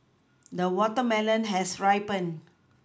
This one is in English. the watermelon has ripened